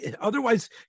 Otherwise